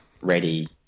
ready